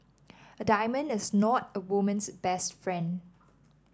a diamond is not a woman's best friend